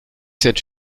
cette